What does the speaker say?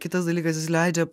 kitas dalykas jis leidžia